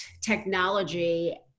technology